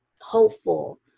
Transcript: hopeful